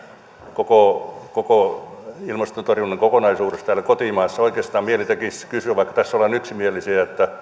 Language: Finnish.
koko koko ilmastonmuutoksen torjunnan kokonaisuudesta täällä kotimaassa oikeastaan mieli tekisi kysyä vaikka tässä ollaan yksimielisiä